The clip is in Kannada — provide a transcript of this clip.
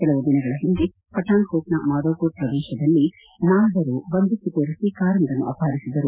ಕೆಲವು ದಿನಗಳ ಹಿಂದೆ ಪಠಾಣ್ಕೋಟ್ನ ಮಾದೋಪುರ್ ಪ್ರದೇಶದಲ್ಲಿ ನಾಲ್ವರು ಬಂದೂಕು ತೋರಿಸಿ ಕಾರೊಂದನ್ನು ಅಪಹರಿಸಿದ್ದರು